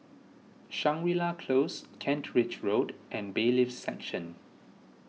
Shangri La Close Kent Ridge Road and Bailiffs' Section